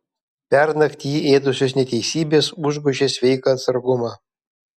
pernakt jį ėdusios neteisybės užgožė sveiką atsargumą